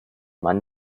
mann